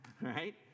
right